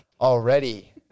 already